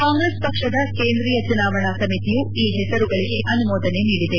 ಕಾಂಗ್ರೆಸ್ ಪಕ್ಷದ ಕೇಂದ್ರೀಯ ಚುನಾವಣಾ ಸಮಿತಿಯು ಈ ಹೆಸರುಗಳಿಗೆ ಅನುಮೋದನೆ ನೀಡಿದೆ